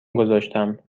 گذاشتم